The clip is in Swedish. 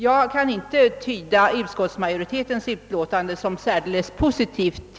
Jag kan inte tyda majoritetens uttalande som särskilt positivt.